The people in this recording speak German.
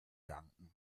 danken